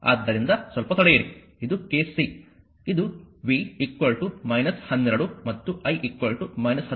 ಆದ್ದರಿಂದ ಸ್ವಲ್ಪ ತಡೆಯಿರಿ ಇದು ಕೇಸ್ c ಇದು v 12 ಮತ್ತು I 16 ಆಂಪಿಯರ್